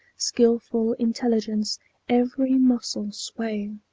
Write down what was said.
skilful intelligence every muscle swaying.